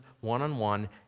one-on-one